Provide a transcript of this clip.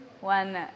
one